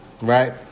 Right